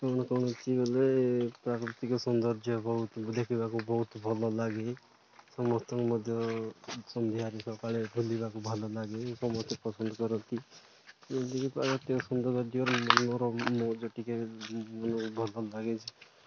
କ'ଣ କୌଣସି ଗଲେ ପ୍ରାକୃତିକ ସୌନ୍ଦର୍ଯ୍ୟ ବହୁତ ଦେଖିବାକୁ ବହୁତ ଭଲ ଲାଗେ ସମସ୍ତଙ୍କୁ ମଧ୍ୟ ସନ୍ଧ୍ୟାରେ ସକାଳେ ବୁଲିବାକୁ ଭଲ ଲାଗେ ସମସ୍ତେ ପସନ୍ଦ କରନ୍ତି ପ୍ରାକୃତିକ ସୌନ୍ଦର୍ଯ୍ୟର ମୋର ଟିକେ ଭଲ ଲାଗେ